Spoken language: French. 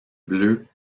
bleues